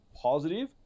positive